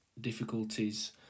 difficulties